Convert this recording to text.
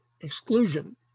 exclusion